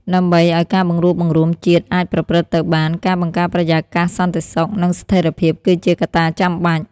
ដើម្បីឱ្យការបង្រួបបង្រួមជាតិអាចប្រព្រឹត្តទៅបាន ការបង្កើតបរិយាកាសសន្តិសុខ និងស្ថិរភាពគឺជាកត្តាចាំបាច់។